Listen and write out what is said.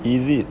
is it